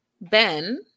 Ben